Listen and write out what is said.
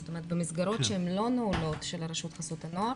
זאת אומרת במסגרות לא נעולות של חסות הנוער,